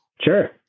Sure